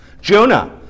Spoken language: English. Jonah